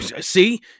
see